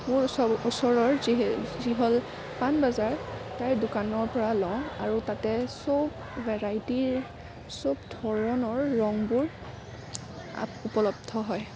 মোৰ ওচৰৰ ওচৰৰ যি যি হ'ল পাণবজাৰ তাৰ দোকানৰ পৰা লওঁ আৰু তাতে সব ভেৰাইটিৰ সব ধৰণৰ ৰঙবোৰ আপ উপলব্ধ হয়